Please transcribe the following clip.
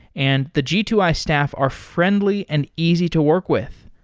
and the g two i staff are friendly and easy to work with.